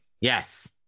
Yes